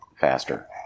faster